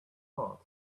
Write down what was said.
part